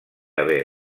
haver